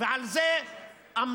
על זה אמרה